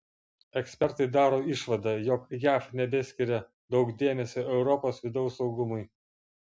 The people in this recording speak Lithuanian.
ekspertai daro išvadą jog jav nebeskiria daug dėmesio europos vidaus saugumui